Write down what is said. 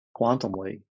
quantumly